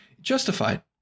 Justified